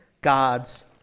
God's